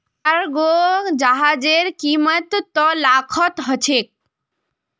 cargo जहाजेर कीमत त लाखत ह छेक